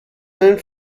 einen